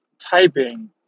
typing